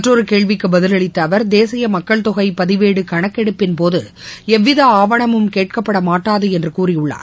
மற்றொரு கேள்விக்கு பதிலளித்த அவர் தேசிய மக்கள் தொகை பதிவேடு கணக்கெடுப்பின்போது எந்தவித ஆவணமும் கேட்கப்பட மாட்டாது என்று கூறியுள்ளார்